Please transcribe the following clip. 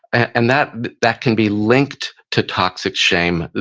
and that that can be linked to toxic shame.